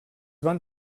van